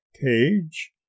cage